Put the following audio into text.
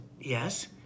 yes